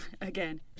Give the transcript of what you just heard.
Again